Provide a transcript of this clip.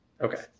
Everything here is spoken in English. Okay